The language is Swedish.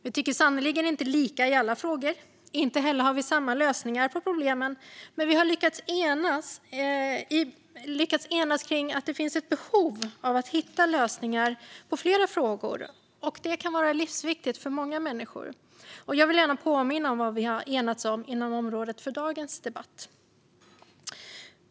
Vi tycker sannerligen inte lika i alla frågor, inte heller har vi samma lösningar på problemen. Men vi har lyckats enas kring att det finns ett behov av att hitta lösningar på flera frågor, och det kan vara livsviktigt för många människor. Jag vill gärna påminna om vad vi har enats om inom området för dagens debatt.